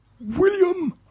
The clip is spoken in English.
william